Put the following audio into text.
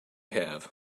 have